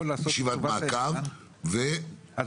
ישיבת מעקב --- יעקב,